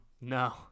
No